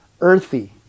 earthy